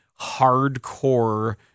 hardcore